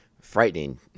frightening